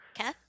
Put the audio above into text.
okay